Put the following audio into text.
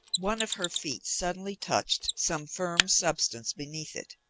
one of her feet suddenly touched some firm substance beneath it.